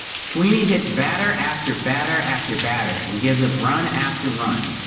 sweeney hits batter, after batter, after batter, and gives a run, after run.